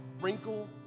wrinkle